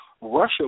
Russia